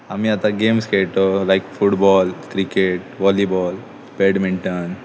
आमी आतां गेम्स खेळटा like football cricket volleyball badminton